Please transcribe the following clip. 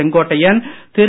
Sengottaiyan Thiru